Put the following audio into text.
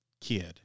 kid